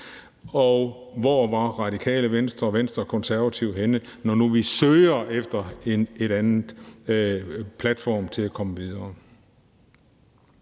men hvor var Radikale Venstre, Venstre og Konservative henne, når nu vi søger efter en anden platform for at komme videre?